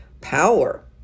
power